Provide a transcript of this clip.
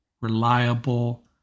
reliable